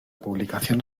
publicación